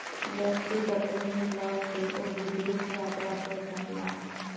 व्यक्तिगत ऋण लय के ओ विदेश यात्रा कय सकला